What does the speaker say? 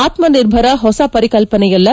ಆತ್ಮ ನಿರ್ಭರ ಹೊಸ ಪರಿಕಲ್ಪನೆಯಲ್ಲ